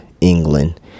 England